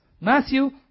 Matthew